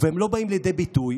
והם לא באים לידי ביטוי?